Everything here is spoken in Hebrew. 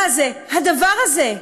מה זה הדבר הזה?